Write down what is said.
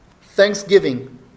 Thanksgiving